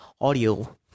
audio